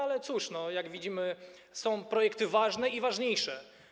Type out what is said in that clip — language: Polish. Ale cóż, jak widzimy są projekty ważne i ważniejsze.